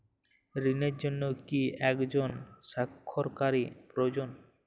ঋণের জন্য কি একজন স্বাক্ষরকারী প্রয়োজন?